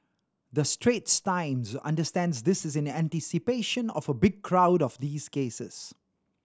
the Straits Times understands this is in anticipation of a big crowd of these cases